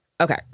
okay